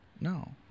No